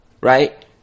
right